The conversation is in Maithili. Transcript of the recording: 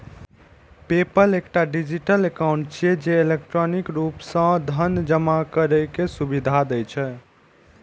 पेपल एकटा डिजिटल एकाउंट छियै, जे इलेक्ट्रॉनिक रूप सं धन जमा करै के सुविधा दै छै